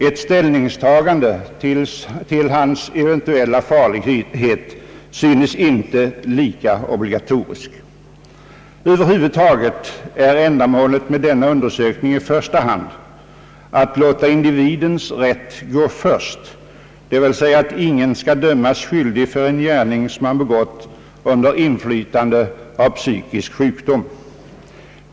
Ett ställningstagande till hans eventuella farlighet synes inte lika obligatoriskt. Över huvud taget är ändamålet med denna undersökning i första hand att låta individens rätt gå först, d. v. s. att ingen skall dömas skyldig för en gärning, som han begått under inflytande av psykisk sjukdom.